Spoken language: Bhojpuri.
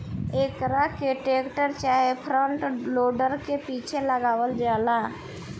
एकरा के टेक्टर चाहे फ्रंट लोडर के पीछे लगावल जाला